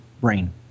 brain